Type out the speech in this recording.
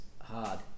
hard